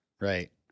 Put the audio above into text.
right